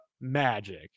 magic